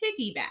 piggyback